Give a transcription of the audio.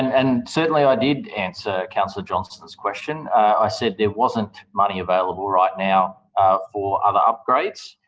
and certainly i did answer councillor johnston's question. i said there wasn't money available right now for other upgrades,